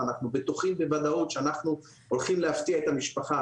ואנחנו בטוחים בוודאות שאנחנו הולכים להפתיע את המשפחה,